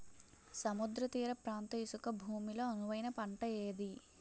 సముద్ర తీర ప్రాంత ఇసుక భూమి లో అనువైన పంట ఏది?